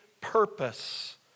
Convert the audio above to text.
purpose